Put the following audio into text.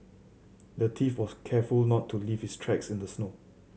the thief was careful to not leave his tracks in the snow